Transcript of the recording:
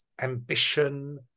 ambition